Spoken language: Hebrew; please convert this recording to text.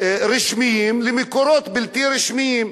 רשמיים למקורות בלתי רשמיים.